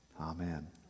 Amen